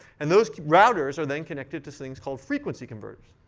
and those routers are then connected to things called frequency converters.